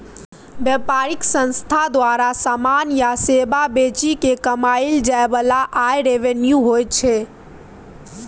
बेपारिक संस्था द्वारा समान या सेबा बेचि केँ कमाएल जाइ बला आय रेवेन्यू कहाइ छै